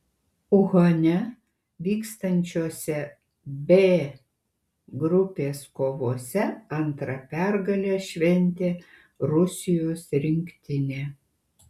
uhane vykstančiose b grupės kovose antrą pergalę šventė rusijos rinktinė